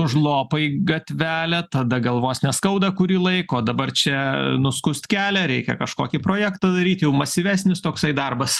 užlopai gatvelę tada galvos neskauda kurį laiką o dabar čia nuskust kelią reikia kažkokį projektą daryt jau masyvesnis toksai darbas